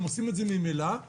הם ממילא עושים את זה.